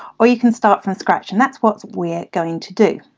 or you can start from scratch, and that's what we're going to do.